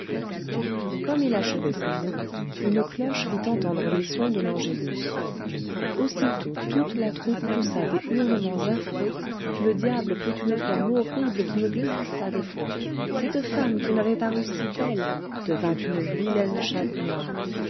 comme il achevait ces mots une cloche fit entendre les sons de l'angelus aussitôt toute la troupe poussa des hurlemens affreux le diable prit une forme horrible qui me glaça d'effroi cette femme qui m'avait paru si belle devint une vilaine chatte noire